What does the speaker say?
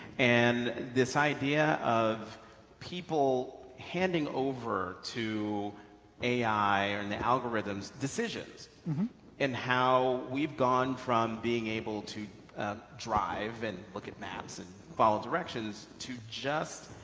and this idea of people handing over to ai and the algorithm's decisions and how we've gone from being able to drive and look at maps and follow directions to just